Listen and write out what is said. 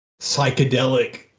psychedelic